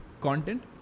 content